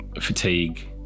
fatigue